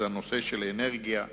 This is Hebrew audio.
נושא האנרגיה,